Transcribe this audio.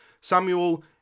Samuel